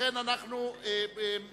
לכן, אנחנו מחויבים